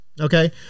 okay